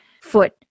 foot